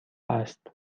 است